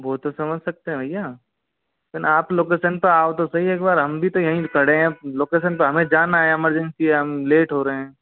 वो तो समझ सकते हैं भैया लेकिन आप लोकेशन पे आओ तो सही एक बार हम भी तो यही खड़े हैं लोकेशन पे हमें जाना है एमर्जेन्सी है हम लेट हो रहे हैं